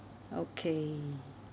okay